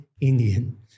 Indian